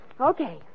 Okay